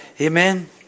amen